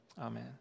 Amen